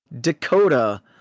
Dakota